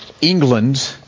England